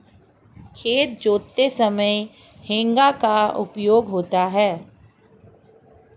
खेत जोतते समय हेंगा का उपयोग होता है